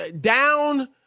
down